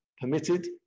permitted